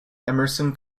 emerson